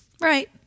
right